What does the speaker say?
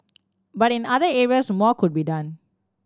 but in other areas more could be done